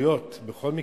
ההסתייגויות בכל מקרה,